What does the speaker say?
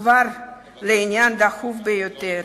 כבר לעניין דחוף ביותר,